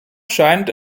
scheint